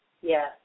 Yes